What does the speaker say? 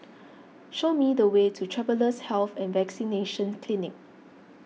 show me the way to Travellers' Health and Vaccination Clinic